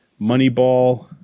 Moneyball